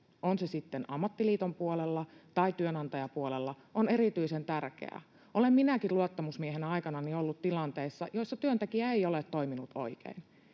on se sitten ammattiliiton puolella tai työnantajapuolella, on erityisen tärkeää. Olen minäkin luottamusmiehenä aikanani ollut tilanteissa, joissa työntekijä ei ole toiminut oikein,